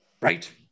Right